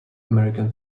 american